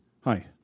Hi